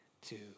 two